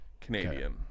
Canadian